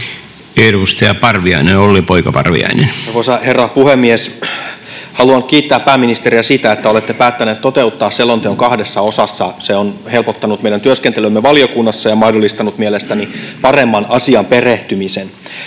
murroksesta Time: 15:00 Content: Arvoisa herra puhemies! Haluan kiittää pääministeriä siitä, että olette päättäneet toteuttaa selonteon kahdessa osassa. Se on helpottanut meidän työskentelyämme valiokunnassa ja mahdollistanut mielestäni paremman asiaan perehtymisen.